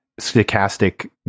stochastic